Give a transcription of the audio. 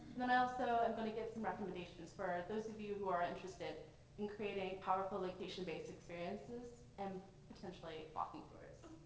and then i also am going to give some recommendations for those of you who are interested in creating powerful location-based experiences and potentially walking tours,